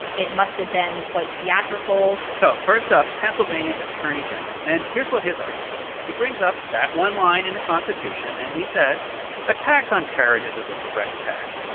it must have been quite theatrical so first up, pennsylvania's attorney general. and here's what his argument is. he brings up that one line in the constitution, and he says attacks on carriages is a direct tax,